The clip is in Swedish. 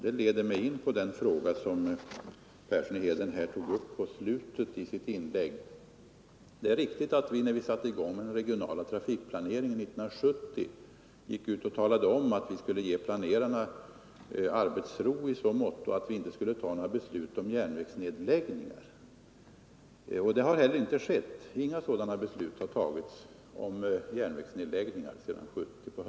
Det leder mig in på den fråga herr Persson i Heden tog upp i slutet av sitt inlägg. Det är riktigt att när vi satte i gång den regionala trafikplaneringen år 1970 talade vi om att vi skulle ge planerarna arbetsro i så måtto att vi inte skulle fatta några beslut om järnvägsnedläggningar. Det har heller inte skett sedan hösten 1970.